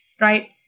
right